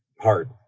hard